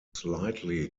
slightly